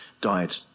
died